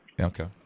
okay